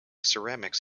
ceramics